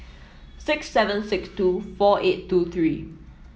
six seven six two four eight two three